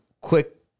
quick